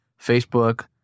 Facebook